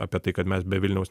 apie tai kad mes be vilniaus